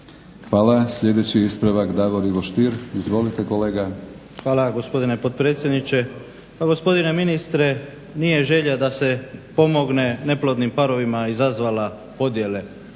Hvala. Sljedeći ispravak Davor Ivo Stier. Izvolite kolega. **Stier, Davor Ivo (HDZ)** Hvala gospodine potpredsjedniče. Pa gospodine ministre nije želja da se pomogne neplodnim parovima izazvala podjele. Podjele